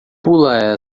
pula